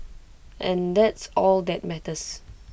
and that's all that matters